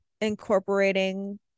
incorporating